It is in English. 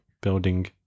building